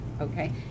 Okay